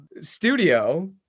studio